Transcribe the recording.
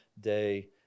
day